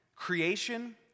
Creation